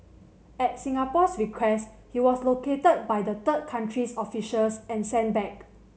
at Singapore's request he was located by the third country's officials and sent back